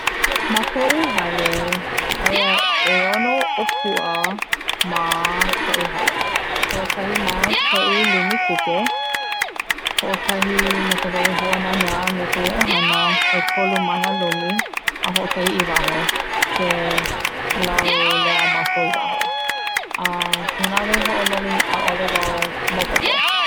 Ma koʻu hale, aia ʻeono ʻopua mā kaʻu hale, hoʻokahi mā koʻu lumi kuke, hoʻokahi ma ka wahi hoʻonanea me kaʻu ʻohana. ʻekolu ma na lumi, a hoʻokahi i waho ke laulea mākou i waho, a ka manawa hoʻololi ʻaʻole maopopo.